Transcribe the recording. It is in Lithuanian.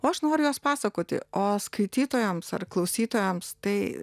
o aš noriu juos pasakoti o skaitytojams ar klausytojams tai